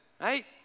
right